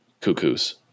cuckoos